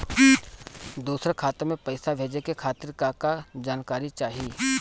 दूसर खाता में पईसा भेजे के खातिर का का जानकारी चाहि?